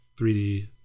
3D